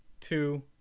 two